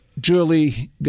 Julie